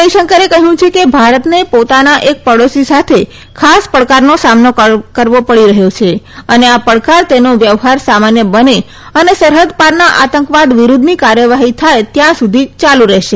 જયશંકરે કહયું છે કે ભારતને પોતાના એક પાડોશી સાથે ખાસ પડકારનો સામનો કરવો પડી રહયો છે અને આ પડકાર તેનો વ્યવહાર સામાન્ય બને અને સરહદ પારના આતંકવાદ વિરૂધ્ધની કાર્યવાહી થાય ત્યાં સુધી યાલુ રહેશે